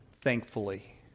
thankfully